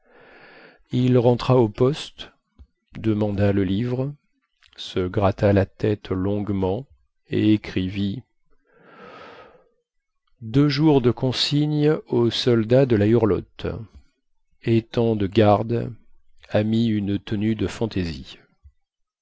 il rentra au poste demanda le livre se gratta la tête longuement et écrivit deux jours de consigne au soldat de la hurlotte étant de garde a mis une tenue de fantaisie